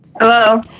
Hello